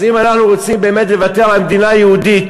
אז אם אנחנו רוצים באמת לוותר על מדינה יהודית,